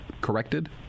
corrected